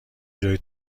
جای